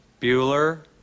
Bueller